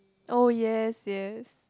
oh yes yes